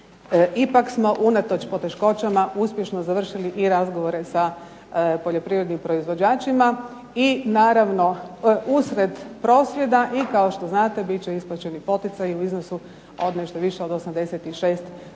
ipak smo unatoč poteškoćama uspješno završili i razgovore sa poljoprivrednim proizvođačima i naravno usred prosvjeda i kao što znate bit će isplaćeni poticaji u iznosu od nešto više od 86%,